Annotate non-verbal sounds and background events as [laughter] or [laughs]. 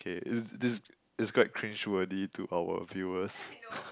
k is this it's quite cringe worthy to our viewers [laughs]